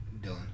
Dylan